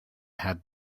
had